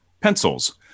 pencils